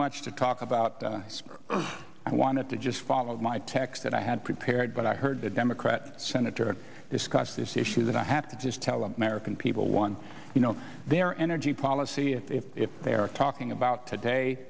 much to talk about i wanted to just follow my text that i had prepared but i heard the democrat senator discuss this issue that i have to just tell the american people one you know their energy policy is if they are talking about today